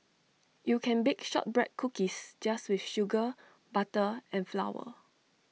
you can bake Shortbread Cookies just with sugar butter and flour